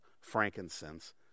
frankincense